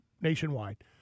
nationwide